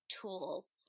tools